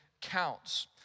counts